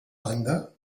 banda